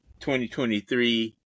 2023